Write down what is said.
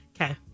Okay